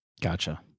Gotcha